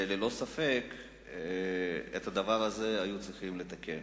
ללא ספק, את הדבר הזה היו צריכים לתקן